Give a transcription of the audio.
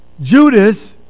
Judas